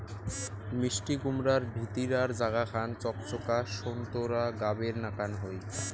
মিষ্টিকুমড়ার ভিতিরার জাগা খান চকচকা সোন্তোরা গাবের নাকান হই